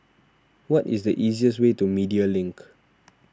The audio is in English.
what is the easiest way to Media Link